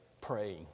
praying